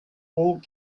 old